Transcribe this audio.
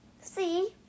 See